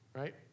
right